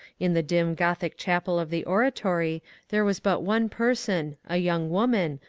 in the dim grothic chapel of the oratory there was but one person, a young woman,